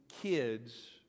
kids